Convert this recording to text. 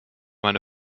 meine